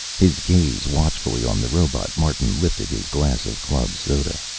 his gaze watchfully on the robot, martin lifted his glass of club soda.